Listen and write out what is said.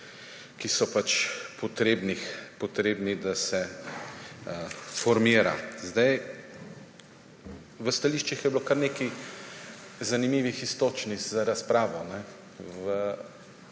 ki so pač potrebni, da se formira. V stališčih je bilo kar nekaj zanimivih iztočnih za razpravo.